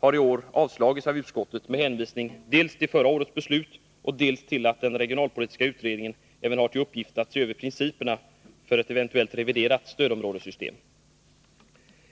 har i år avstyrkts av utskottet med hänvisning dels till förra årets beslut, dels till att den regionalpolitiska utredningen även har till uppgift att se över principerna för ett eventuellt reviderat stödområdessystem.